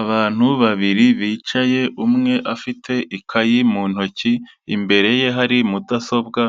Abantu babiri bicaye umwe afite ikaye mu ntoki, imbere ye hari mudasobwa,